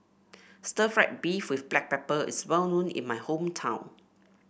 Stir Fried Beef with Black Pepper is well known in my hometown